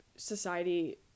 society